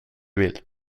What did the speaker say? vill